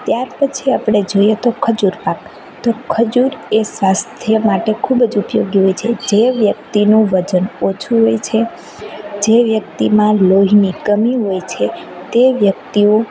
ત્યાર પછી આપણે જોઈએ તો ખજૂરપાક તો ખજૂર એ સ્વાસ્થ્ય માટે ખૂબ જ ઉપયોગી હોય છે જે વ્યક્તિનું વજન ઓછું હોય છે જે વ્યક્તિમાં લોહીની કમી હોય છે તે વ્યક્તિઓ